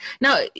Now